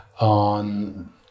on